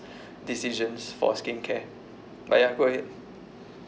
decisions for skincare but ya go ahead